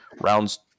rounds